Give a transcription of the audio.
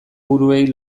buruei